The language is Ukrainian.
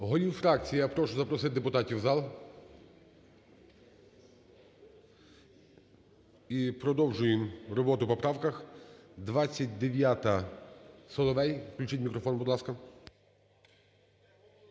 Голів фракцій я прошу запросити депутатів у зал і продовжуємо роботу по правках. 29-а, Соловей. Включіть мікрофон, будь ласка.